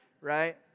right